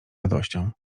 radością